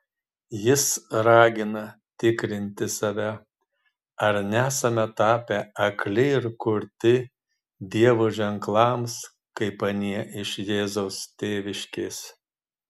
jis ragina tikrinti save ar nesame tapę akli ir kurti dievo ženklams kaip anie iš jėzaus tėviškės